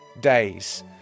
days